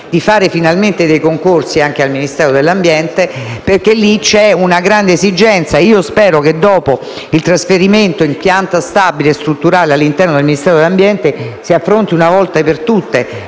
di indire dei concorsi presso il Ministero dell'ambiente, c'è una reale esigenza. Spero che, dopo il trasferimento in pianta stabile, strutturale, all'interno del Ministero dell'ambiente, si affronti una volta per tutte